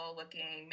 looking